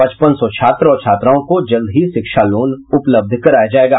पचपन सौ छात्र और छात्राओं को जल्द ही शिक्षा लोन उपलब्ध कराया जायेगा